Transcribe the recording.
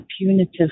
punitive